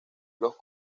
los